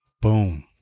boom